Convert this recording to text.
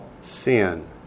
sin